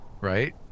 right